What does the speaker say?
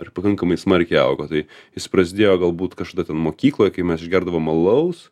ir pakankamai smarkiai augo tai jis prasidėjo galbūt kažkada ten mokykloj kai mes išgerdavom alaus